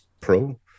Pro